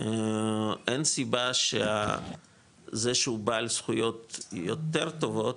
אין סיבה שזה שהוא בעל זכויות יותר טובות